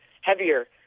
heavier